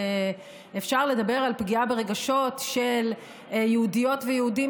אפשר לדבר על פגיעה ברגשות של יהודיות ויהודים